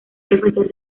profesor